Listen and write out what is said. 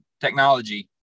technology